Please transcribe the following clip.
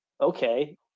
Okay